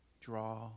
Draw